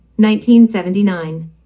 1979